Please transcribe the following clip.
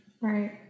Right